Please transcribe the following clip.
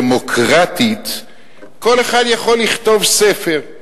"דמוקרטית" כל אחד יכול לכתוב ספר,